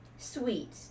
Sweet